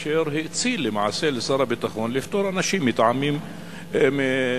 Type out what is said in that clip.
אשר האציל לשר הביטחון לפטור אנשים מטעמים מיוחדים.